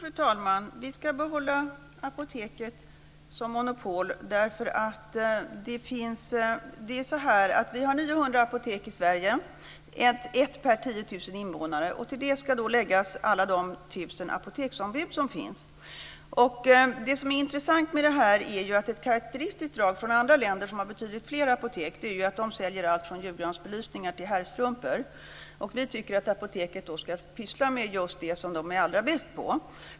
Fru talman! Vi ska behålla Apoteket som monopol. Det är så att det finns 900 apotek i Sverige. Det är ett per tiotusen invånare. Till det ska läggas alla de tusen apoteksombud som finns. Det som är intressant med det här är att ett karakteristiskt drag från andra länder, som har betydligt fler apotek, är att dessa säljer allt från julgransbelysning till herrstrumpor. Vi tycker att Apoteket ska syssla med just det som de är allra bäst på.